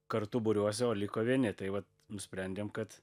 kartu būriuose o liko vieni tai vat nusprendėm kad